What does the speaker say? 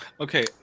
Okay